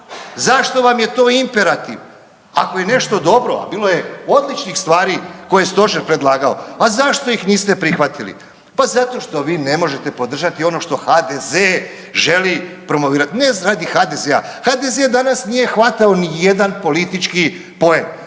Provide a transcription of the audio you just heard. Zašto vam je to imperativ? Ako je nešto dobro, a bilo je odličnih stvari koje je stožer predlagao, a zašto ih niste prihvatili? Pa zato što vi ne možete podržati ono što HDZ želi promovirat. Ne radi HDZ-a, HDZ danas nije hvatao nijedan politički poen.